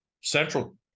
Central